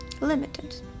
Limited